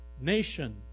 Nation